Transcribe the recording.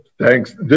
Thanks